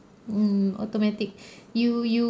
mm automatic you you